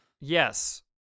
Yes